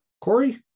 Corey